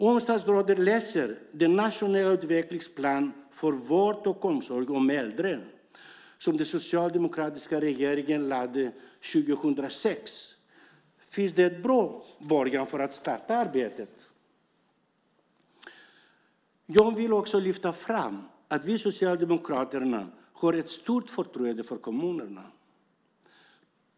Om statsrådet läser den nationella utvecklingsplanen för vård och omsorg om äldre som den socialdemokratiska regeringen lade fram 2006 kan hon se att det finns en bra början för att starta arbetet. Jag vill också lyfta fram att vi socialdemokrater har ett stort förtroende för kommunerna.